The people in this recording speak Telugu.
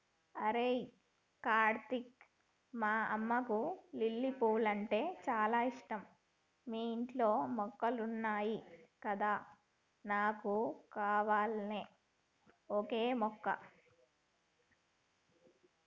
అరేయ్ కార్తీక్ మా అమ్మకు లిల్లీ పూలంటే చాల ఇష్టం మీ ఇంట్లో మొక్కలున్నాయి కదా నాకు కావాల్రా ఓక మొక్క